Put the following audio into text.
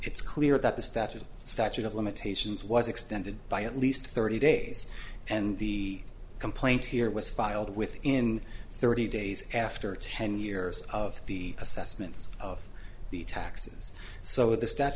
it's clear that the statute of statute of limitations was extended by at least thirty days and the complaint here was filed within thirty days after ten years of the assessments of the taxes so the statu